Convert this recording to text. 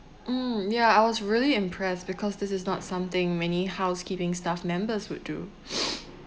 mm ya I was really impressed because this is not something many housekeeping staff members would do